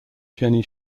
jenny